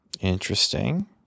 Interesting